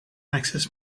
access